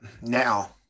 Now